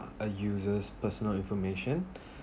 a user's personal information